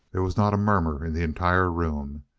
there was not a murmur in the entire room.